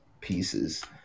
pieces